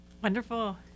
Wonderful